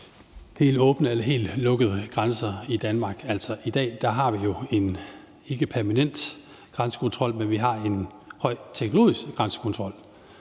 helt åbne eller lukkede grænser i Danmark. I dag har vi jo ikke en permanent grænsekontrol, men vi har en grænsekontrol